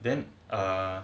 then err